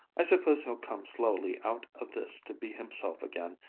i suppose he'll come slowly out of this to be himself again.